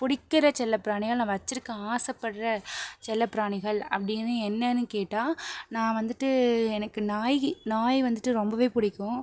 பிடிக்கிற செல்ல பிராணிகள் நான் வச்சிருக்க ஆசைப்படுற செல்ல பிராணிகள் அப்படினு என்னனு கேட்டால் நான் வந்துட்டு எனக்கு நாய் நாய் வந்துட்டு ரொம்பவே பிடிக்கும்